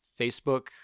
facebook